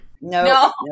No